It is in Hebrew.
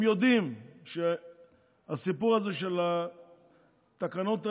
הם יודעים שהסיפור הזה, של התקנות האלה,